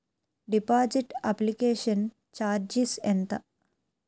Deposit application charges ఎంత?